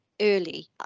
early